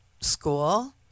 school